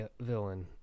villain